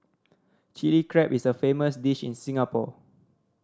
Chilli Crab is a famous dish in Singapore